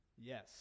Yes